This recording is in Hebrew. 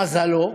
למזלו,